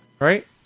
right